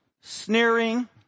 Sneering